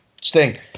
Sting